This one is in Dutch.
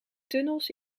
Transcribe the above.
tunnels